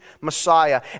Messiah